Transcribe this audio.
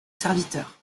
serviteur